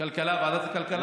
ועדת הכלכלה.